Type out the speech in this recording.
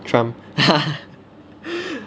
trump